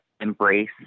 embrace